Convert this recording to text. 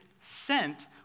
sent